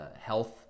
health